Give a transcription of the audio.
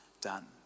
done